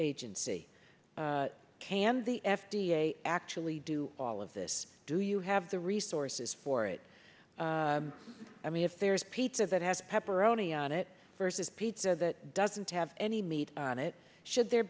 agency can the f d a actually do all of this do you have the resources for it i mean if there's pizza that has pepperoni on it versus pizza that doesn't have any meat on it should there